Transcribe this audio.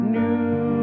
new